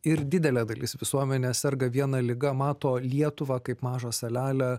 ir didelė dalis visuomenės serga viena liga mato lietuvą kaip mažą salelę